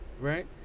right